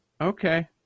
okay